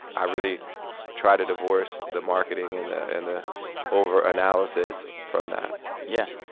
i really try to divorce the marketing and the and the over analysis from that yeah.